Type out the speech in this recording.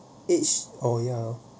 each oh ya